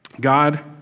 God